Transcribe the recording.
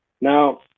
Now